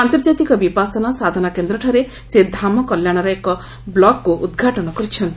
ଆର୍ନ୍ତଜାତିକ ବିପାସନା ସାଧନାକେନ୍ଦ୍ର ଠାରେ ସେ ଧାମ କଲ୍ୟାଣର ଏକ ବ୍ଲକକୁ ଉଦ୍ଘାଟନ କରିଛନ୍ତି